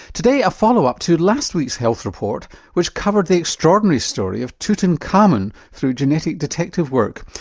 today a follow-up to last week's health report which covered the extraordinary story of tutankhamen through genetic detective work.